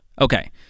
Okay